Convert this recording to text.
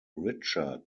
richard